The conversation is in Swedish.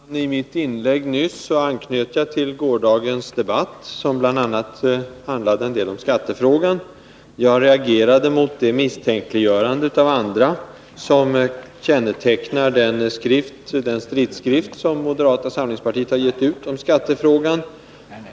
Herr talman! I mitt inlägg nyss anknöt jag till gårdagens debatt, som bl.a. handlade en del om skattefrågan. Jag reagerade mot det misstänkliggörande av andra som kännetecknar den stridsskrift som moderata samlingspartiet har gett ut om skattefrågan.